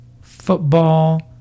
football